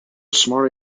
smart